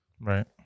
Right